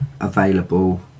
available